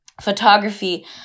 photography